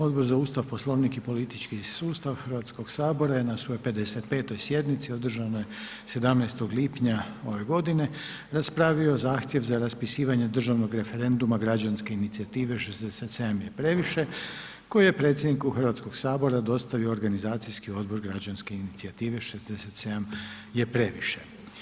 Odbor za Ustav, Poslovnik i politički sustav Hrvatskog sabora je na svojoj 55. sjednici održanoj 17. lipnja ove godine raspravio zahtjev za raspisivanje državnog referenduma građanske inicijative „67 je previše“ koji je predsjedniku Hrvatskog sabora dostavio organizacijski odbor građanske inicijative „67 je previše“